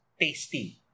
tasty